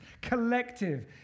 Collective